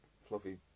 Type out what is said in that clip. fluffy